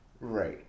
Right